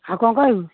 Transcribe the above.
ଆଉ କ'ଣ କହିବୁ